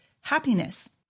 happiness